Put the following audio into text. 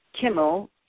Kimmel